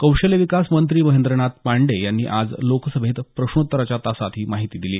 कौशल्य विकास मंत्री महेंद्रनाथ पांडे यांनी आज लोकसभेत प्रश्नोत्तराच्या तासात ही माहिती दिली